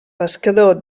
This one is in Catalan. pescador